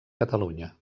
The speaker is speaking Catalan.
catalunya